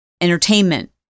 entertainment